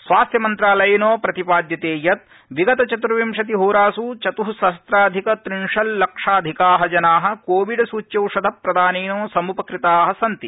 स्वास्थ्य मंत्रालयेन प्रतिपाद्यते यत् विगत चतुर्विंशति होरासु चतुसहस्राधिक त्रिंशल्लक्षाधिका जना कोविड सूच्यौषध प्रदानेन सम्पकृता सन्ति